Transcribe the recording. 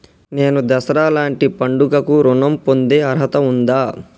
నేను దసరా లాంటి పండుగ కు ఋణం పొందే అర్హత ఉందా?